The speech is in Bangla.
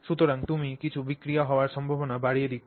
সুতরাং তুমি কিছু বিক্রিয়া হওয়ার সম্ভাবনা বাড়িয়ে দিচ্ছ